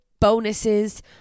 bonuses